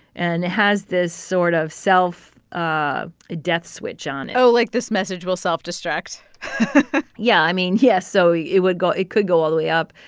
and it has this sort of self ah death switch on it oh, like, this message will self-destruct yeah. i mean, yes. so it would go it could go all the way up.